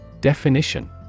Definition